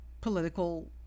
political